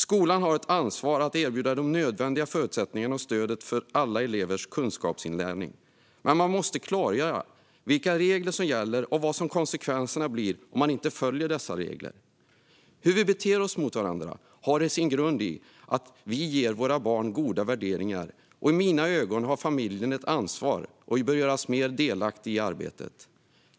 Skolan har ett ansvar för att erbjuda nödvändiga förutsättningar och stöd för alla elevers kunskapsinlärning, men det måste också klargöras vilka regler som gäller och vad konsekvenserna blir om man inte följer dem. Hur vi beter oss mot varandra har sin grund i att vi ger våra barn goda värderingar, och i mina ögon har familjen ett ansvar och bör göras mer delaktig i arbetet.